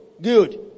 Good